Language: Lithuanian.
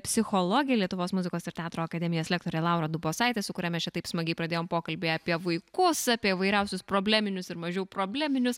psichologė lietuvos muzikos ir teatro akademijos lektorė laura dubosaitė su kuria mes čia taip smagiai pradėjom pokalbį apie vaikus apie įvairiausius probleminius ir mažiau probleminius